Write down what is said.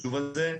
החשוב הזה.